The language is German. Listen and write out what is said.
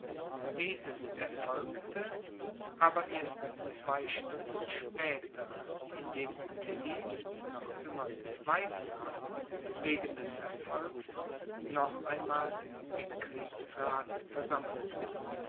dieses erfolgte aber erst zwei stunden später indem tilly noch immer zweifelhaft wegen des erfolgs noch einmal den kriegsrath versammelte